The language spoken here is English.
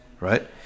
right